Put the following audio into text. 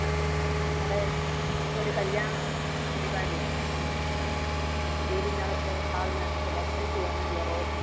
ആ ഞങ്ങളുടെ ഞങ്ങൾക്കൊരു കല്ല്യാണ ആ പരിപാടിയാണ് ആ ആ അപ്പം വീടിനകത്ത് ഹാളിനകത്തൊക്കെ ഡെക്കറേറ്റ് ചെയ്യാൻ വേണ്ടിയാ റോസ്